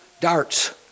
darts